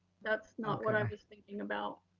that's not what i was thinking about.